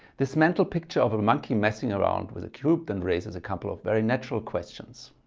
this mental picture of a monkey messing around with a cube then raises a couple of very natural questions.